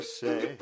say